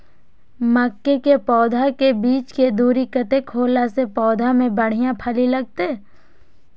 मके के पौधा के बीच के दूरी कतेक होला से पौधा में बढ़िया फली लगते?